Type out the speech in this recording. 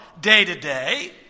day-to-day